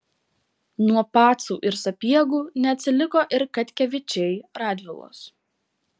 nuo pacų ir sapiegų neatsiliko ir katkevičiai radvilos